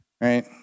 right